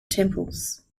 temples